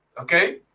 okay